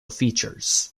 features